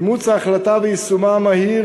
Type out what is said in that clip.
אימוץ ההחלטה ויישומה המהיר,